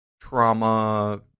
trauma